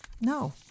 no